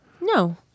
No